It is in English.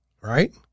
right